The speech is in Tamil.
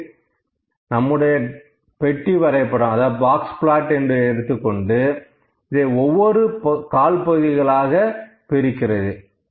இது நம்முடைய பெட்டி வரைபடம் என்று எடுத்துக்கொண்டு இதை ஒவ்வொரு கால்பகுதிகளாகப் பிரிக்கிறது